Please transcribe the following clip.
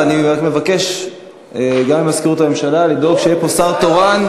אני רק מבקש גם ממזכירות הממשלה לדאוג שיהיה פה שר תורן.